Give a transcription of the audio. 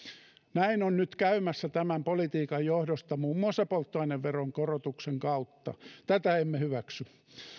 näin on nyt käymässä tämän politiikan johdosta muun muassa polttoaineveron korotuksen kautta tätä emme hyväksy